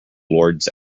lords